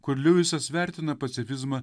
kur liuisas vertina pacifizmą